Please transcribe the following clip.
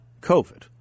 covid